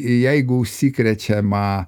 jeigu užsikrečiama